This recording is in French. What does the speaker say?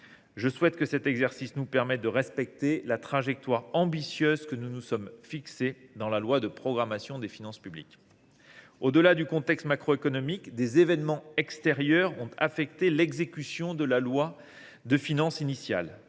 Je souhaite que cet exercice nous permette de respecter la trajectoire ambitieuse que nous nous sommes fixée dans le projet de loi de programmation des finances publiques. Au delà du contexte macroéconomique, des événements extérieurs ont affecté l’exécution de la loi de finances initiale.